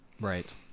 Right